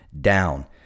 down